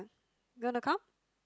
you gonna come